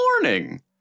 Morning